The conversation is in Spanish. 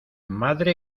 madre